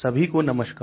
सभी को नमस्कार